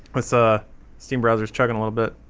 it's ah steam browsers chugging a little bit